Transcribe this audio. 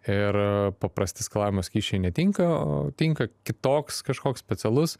ir paprasti skalavimo skysčiai netinka o tinka kitoks kažkoks specialus